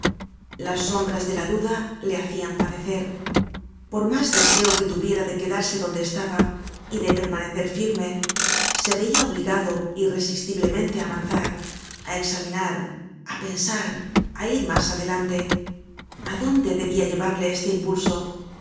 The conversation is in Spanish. las sombras de la duda le hacian padecer por mas deseo que tuviera de quedarse donde estaba y de permanecer firme se veia obligado irresistiblemente á avanzar á examinar á pensar áir mas adelante a dónde debia llevarle este impulso